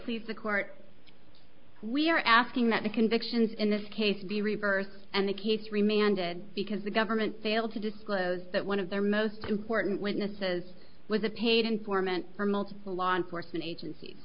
please the court we are asking that the convictions in this case be reversed and the case remanded because the government failed to disclose that one of their most important witnesses was a paid informant for multiple law enforcement agencies